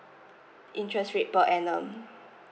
interest rate per annum